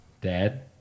Dad